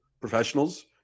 professionals